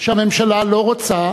שהממשלה לא רוצה